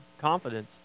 confidence